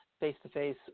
face-to-face